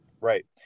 right